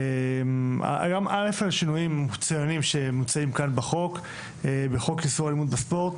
על השינויים המצוינים שמוצעים כאן בחוק איסור אלימות בספורט.